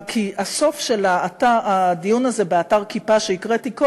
כי בסוף הדיון הזה באתר "כיפה", שהקראתי קודם,